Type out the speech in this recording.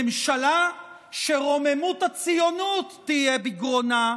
ממשלה שרוממות הציונות תהיה בגרונה,